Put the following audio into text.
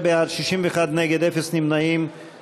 49 בעד, 61 נגד, אפס נמנעים.